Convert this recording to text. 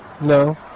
No